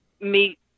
meet